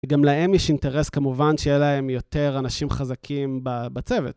גם להם יש אינטרס כמובן שיהיה להם יותר אנשים חזקים בצוות.